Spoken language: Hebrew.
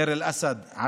דיר אל-אסד,